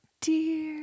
Dear